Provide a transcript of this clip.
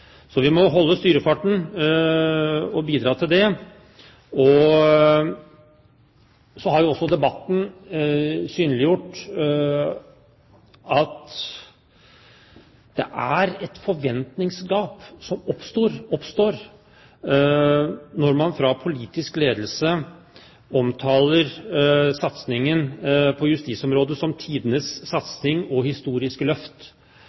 Så har også debatten synliggjort at det er et forventningsgap som oppstår når man fra politisk ledelse omtaler satsingen på justisområdet som tidenes satsing og et historisk løft.